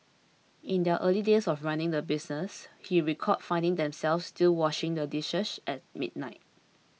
in their early days of running the business he recalled finding themselves still washing the dishes at midnight